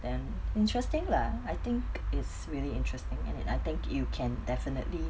an interesting lah I think is really interesting and I think you can definitely